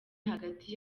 hagati